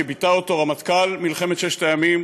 שביטא אותו רמטכ"ל מלחמת ששת הימים